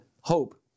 hope